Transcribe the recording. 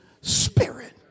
spirit